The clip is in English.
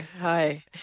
hi